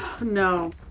No